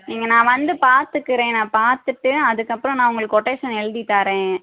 நீங்கள் நான் பார்த்துக்குறேன் நான் பார்த்துட்டு அதுக்கப்பறம் நான் உங்களுக்கு கொட்டேஷன் எழுதித் தாரேன்